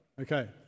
okay